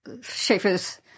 Schaefer's